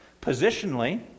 positionally